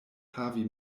havi